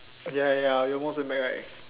ya ya ya you almost went back right